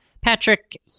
Patrick